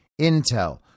intel